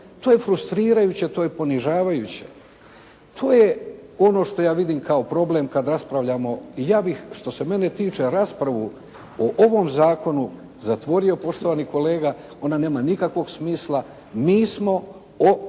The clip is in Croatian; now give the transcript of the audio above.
To je frustrirajuće, to je ponižavajuće, to je ono što ja vidim kao problem kad raspravljamo i ja bih što se mene tiče raspravu o ovom zakonu zatvorio poštovani kolega, ona nema nikakvog smisla. Mi smo